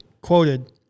quoted